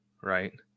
right